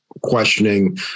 questioning